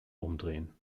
umdrehen